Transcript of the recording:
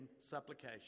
supplication